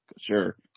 Sure